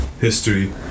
history